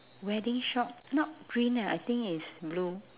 wedding shop not green ah I think is blue